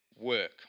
work